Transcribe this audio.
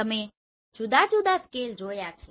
તમે જુદા જુદા સ્કેલ જોયા છે